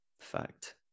Fact